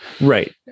right